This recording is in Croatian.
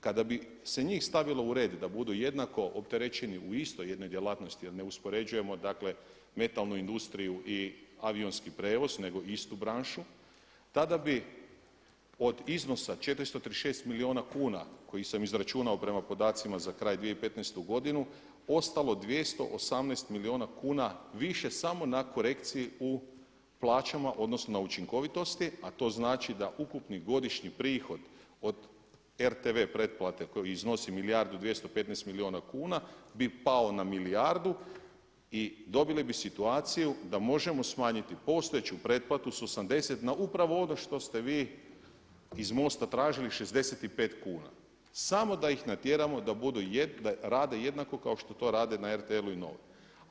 Kada bi se njih stavilo u red da budu jednako opterećeni u istoj jednoj djelatnosti jer ne uspoređujemo metalnu industriju i avionski prijevoz nego istu branšu, tada bi od iznosa 436 milijuna kuna koji sam izračunao prema podacima za kraj 2015. godinu, ostalo 218 milijuna kuna više samo na korekciji u plaćama odnosno na učinkovitosti, a to znači da ukupni godišnji prihod od RTV pretplate koji iznosu milijardu 215 milijuna kuna bi pao na milijardu i dobili bi situaciju da možemo smanjiti postojeću pretplatu sa osamdeset na upravo ono što ste vi iz MOST-a tražili šezdeset i pet kuna, samo da ih natjeramo da rade jednako kao što to rade na RTL-u i NOVO-oj.